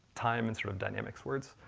time and sort of dynamics words,